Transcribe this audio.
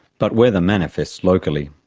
but weather manifests locally.